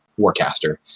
Warcaster